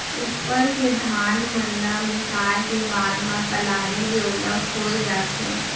उप्पर के धान मन ल मिसाय के बाद म कलारी ले ओला खोय जाथे